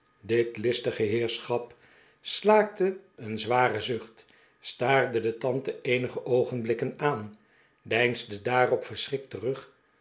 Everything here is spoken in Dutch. dit listige heerschap slaakte een zwaren zucht staarde de tante eenige oogenblikken aan deinsde daarop verschrikt terug